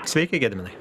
sveiki gediminai